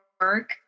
work